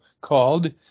called